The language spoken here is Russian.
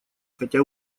хотя